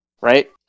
right